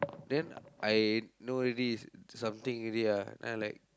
then I know already something already ah then I like